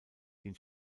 den